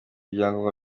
byangombwa